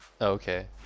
Okay